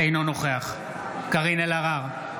אינו נוכח קארין אלהרר,